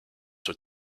were